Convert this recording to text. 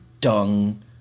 dung